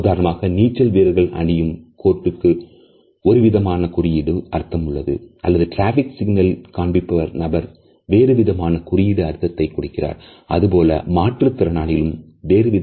உதாரணமாக நீச்சல் வீரர்கள் அணியும் கோட்டுக்கு ஒருவிதமான குறியீட்டு அர்த்தம் உள்ளது அல்லது டிராபிக் சிக்னல் காண்பிக்கும் நபர் வேறுவிதமான குறியீடு அர்த்தத்தை கொடுக்கிறார் அதுபோலவே மாற்றுத்திறனாளிகளும் வேறுவிதமான குறியீட்டை பயன்படுத்துகின்றனர்